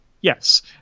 yes